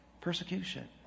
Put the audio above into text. persecution